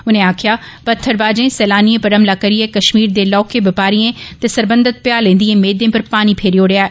उनें आक्खेआ पत्थरबाजें सैलानिएं पर हमला करियै कष्मीर दे लौहके व्यापारिएं ते सरबन्धित भ्यालें दिएं मेदें पर पानी फेरी ओडेआ ऐ